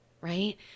Right